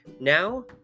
Now